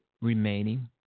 remaining